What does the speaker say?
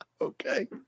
Okay